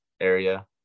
area